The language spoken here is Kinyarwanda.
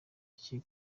iki